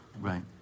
right